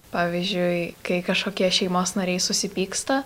pavyzdžiui kai kažkokie šeimos nariai susipyksta